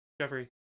jeffrey